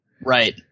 Right